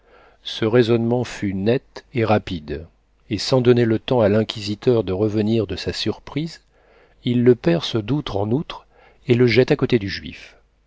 ce raisonnement fut net et rapide et sans donner le temps à l'inquisiteur de revenir de sa surprise il le perce d'outre en outre et le jette à côté du juif